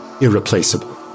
irreplaceable